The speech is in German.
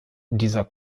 dieser